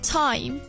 time